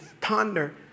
ponder